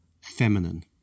feminine